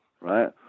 Right